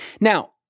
Now